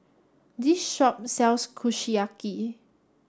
this shop sells Kushiyaki